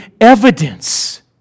evidence